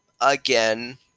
again